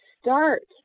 start